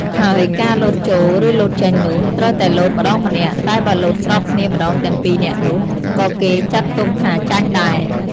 ហើយការលោតចូល ឬលោតចេញនោះ ត្រូវតែលោតម្តងម្នាក់ តែបើលោតស្របគ្នាម្ដងទាំងពីរនាក់នោះ ក៏គេចាត់ទុកថាចាញ់ដែរ ។